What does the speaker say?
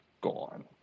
gone